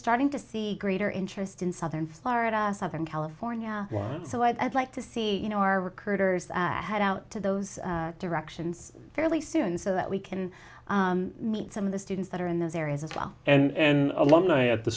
starting to see greater interest in southern florida southern california so i'd like to see you know our recruiters head out to those directions fairly soon so that we can meet some of the students that are in those areas as well and an alumni at the